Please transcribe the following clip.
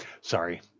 sorry